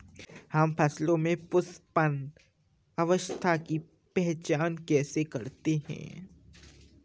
हम फसलों में पुष्पन अवस्था की पहचान कैसे करते हैं?